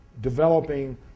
developing